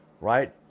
right